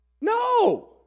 No